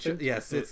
Yes